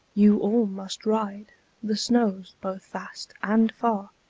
you all must ride the snows both fast and far.